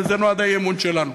ולזה נועד האי-אמון שלנו: